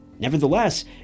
Nevertheless